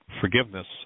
forgiveness